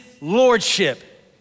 lordship